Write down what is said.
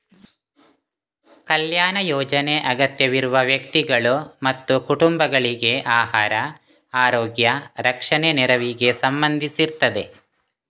ಕಲ್ಯಾಣ ಯೋಜನೆ ಅಗತ್ಯವಿರುವ ವ್ಯಕ್ತಿಗಳು ಮತ್ತು ಕುಟುಂಬಗಳಿಗೆ ಆಹಾರ, ಆರೋಗ್ಯ, ರಕ್ಷಣೆ ನೆರವಿಗೆ ಸಂಬಂಧಿಸಿರ್ತದೆ